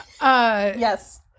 Yes